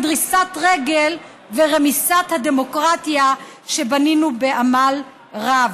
דריסת רגל והריסת הדמוקרטיה שבנינו בעמל רב.